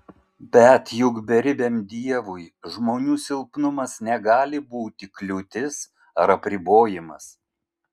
bet juk beribiam dievui žmonių silpnumas negali būti kliūtis ar apribojimas